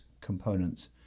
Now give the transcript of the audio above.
components